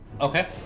Okay